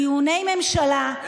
דיוני ממשלה,